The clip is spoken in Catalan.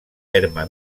terme